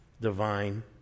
divine